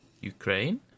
Ukraine